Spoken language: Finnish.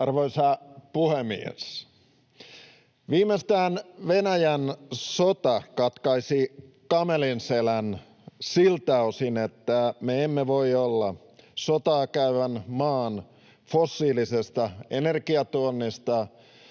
Arvoisa puhemies! Viimeistään Venäjän sota katkaisi kamelin selän siltä osin, että me emme voi olla sotaa käyvän maan fossiilisesta energiatuonnista